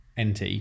NT